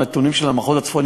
הנתונים של המחוז הצפוני,